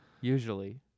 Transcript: Usually